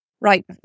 right